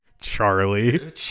Charlie